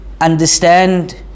understand